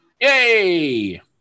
Yay